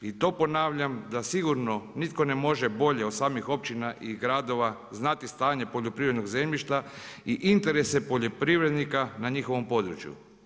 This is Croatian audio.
I to ponavljam, da sigurno nitko ne može bolje od samih općina i gradova znati stanje poljoprivrednog zemljišta i interese poljoprivrednika na njihovom području.